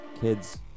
kids